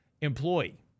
employee